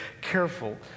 careful